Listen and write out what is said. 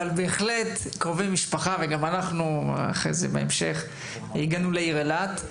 אבל גם אנחנו בהמשך הגענו לעיר אילת.